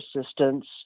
assistance